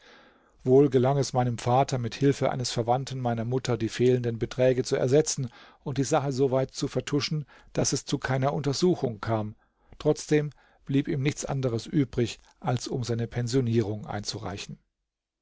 wohl gelang es meinem vater mit hilfe eines verwandten meiner mutter die fehlenden beträge zu ersetzen und die sache soweit zu vertuschen daß es zu keiner untersuchung kam trotzdem blieb ihm nichts anderes übrig als um seine pensionierung einzureichen